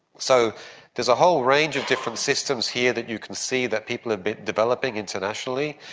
so there's a whole range of different systems here that you can see that people have been developing internationally,